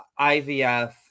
IVF